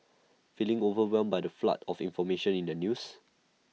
feeling overwhelmed by the flood of information in the news